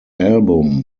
album